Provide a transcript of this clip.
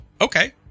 okay